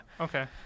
okay